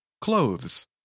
Clothes